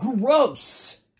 Gross